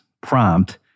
prompt